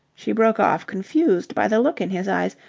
she broke off confused by the look in his eyes,